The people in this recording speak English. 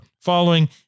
following